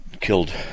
killed